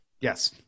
Yes